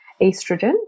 estrogen